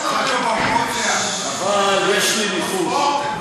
אבל יש לי ניחוש,